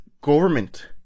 government